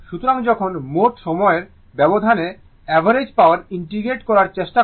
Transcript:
সুতরাং যখন মোট সময়ের ব্যবধানে অ্যাভারেজ পাওয়ার ইন্টিগ্রেট করার চেষ্টা করা হয়